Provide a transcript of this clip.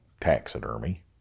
taxidermy